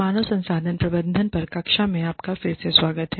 मानव संसाधन प्रबंधन पर कक्षा में आपका फिर से स्वागत है